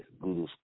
Google